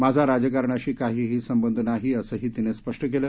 माझा राजकारणाशी काहीही संबध नाही असंही तिनं स्पष्ट केलं